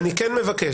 אני כן מבקש